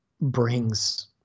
brings